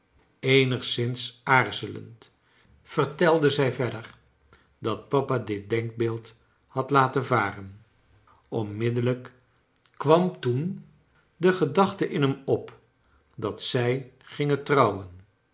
eenigszins aarzelend vertelde zij verder dat papa dit denkbeeld had laten varen onmiddellijk kwam toen de gedachte in hem op dat zij gingen trouwen